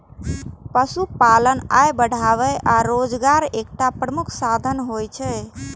पशुपालन आय बढ़ाबै आ रोजगारक एकटा प्रमुख साधन होइ छै